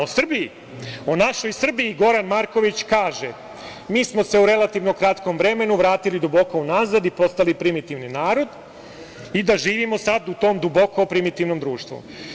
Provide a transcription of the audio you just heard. O Srbiji, o našoj Srbiji Goran Marković kaže - mi smo se u relativno kratkom vremenu vratili duboko unazad i postali primitivni narod i da živimo sad u tom duboko primitivnom društvu.